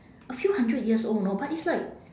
a few hundred years old know but it's like